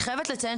אני חייבת לציין,